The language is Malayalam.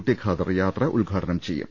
ടി ഖാദർ യാത്ര ഉദ്ഘാടനം ചെയ്യും